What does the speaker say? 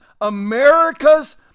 America's